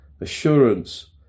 assurance